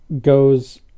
goes